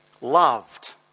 Loved